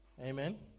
Amen